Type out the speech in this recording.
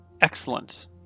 excellent